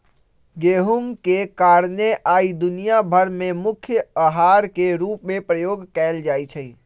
गेहूम के कारणे आइ दुनिया भर में मुख्य अहार के रूप में प्रयोग कएल जाइ छइ